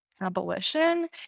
abolition